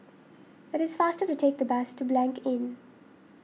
it is faster to take the bus to Blanc Inn